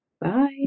Bye